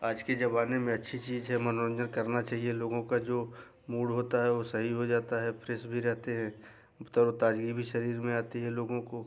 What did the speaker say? आज के ज़माने में अच्छी चीज़ है मनोरंजन करना चाहिए लोगों का जो मूड होता है वह सही हो जाता है फ्रेस भी रहते हैं तरोताज़गी भी आती हैं शरीर में लोगों को